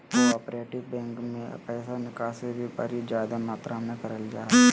cooperative bank मे पैसा निकासी भी बड़ी जादे मात्रा मे करल जा हय